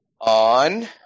on